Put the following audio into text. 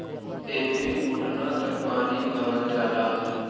एम्मे घुटना तक पानी भरल जाला